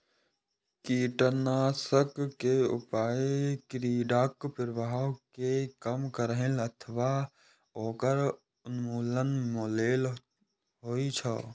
कीटनाशक के उपयोग कीड़ाक प्रभाव कें कम करै अथवा ओकर उन्मूलन लेल होइ छै